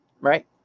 Right